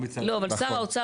אני דווקא בעד.